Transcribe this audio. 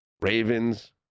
Ravens